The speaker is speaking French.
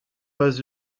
pas